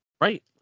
Right